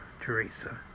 Teresa